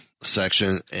section